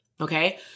Okay